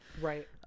Right